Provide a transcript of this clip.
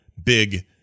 big